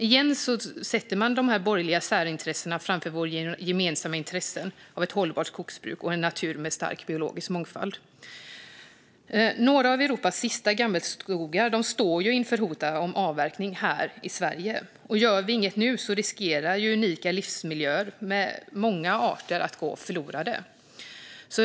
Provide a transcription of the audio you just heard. Återigen sätter man de borgerliga särintressena framför våra gemensamma intressen av ett hållbart skogsbruk och en natur med stark biologisk mångfald. Några av Europas sista gammelskogar står inför hot om avverkning här i Sverige. Gör vi inget nu riskerar unika livsmiljöer för många arter att gå förlorade.